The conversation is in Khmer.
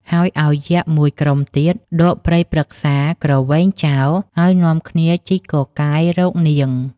ហើយឲ្យយក្ខ ១ ក្រុមទៀត ដកព្រៃព្រឹក្សាគ្រវែងចោល ហើយនាំគ្នាជីកកកាយរកនាង។